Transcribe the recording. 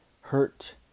hurt